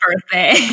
birthday